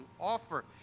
offer